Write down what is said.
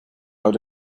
out